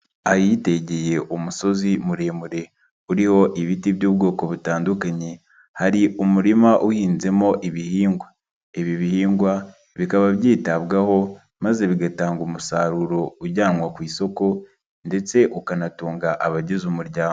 Ahitegeye umusozi muremure uriho ibiti by'ubwoko butandukanye, hari umurima uhinzemo ibihingwa, ibi bihingwa bikaba byitabwaho maze bigatanga umusaruro ujyanwa ku isoko ndetse ukanatunga abagize umuryango.